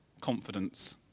confidence